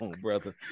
brother